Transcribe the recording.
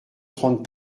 trente